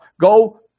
Go